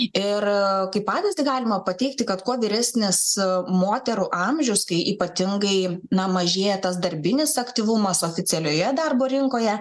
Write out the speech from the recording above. ir kaip pavyzdį galima pateikti kad kuo vyresnis moterų amžius kai ypatingai na mažėja tas darbinis aktyvumas oficialioje darbo rinkoje